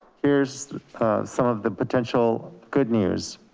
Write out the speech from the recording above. here's some of the potential good news.